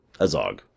Azog